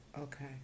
okay